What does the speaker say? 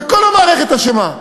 וכל המערכת אשמה,